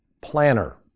Planner